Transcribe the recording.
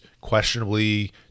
questionably